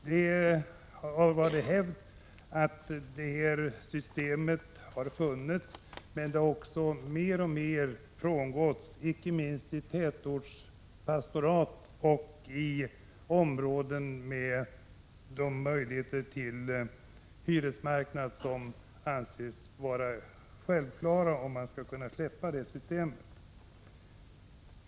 Det här systemet har funnits av hävd, men det har också mer och mer frångåtts, inte minst i tätortspastorat och i områden med en sådan hyresmarknad som anses vara en förutsättning för att man skall kunna släppa det systemet.